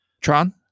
tron